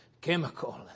Chemical